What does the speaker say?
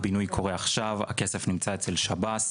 הבינוי קורה עכשיו, הכסף נמצא אצל שב"ס,